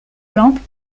lampes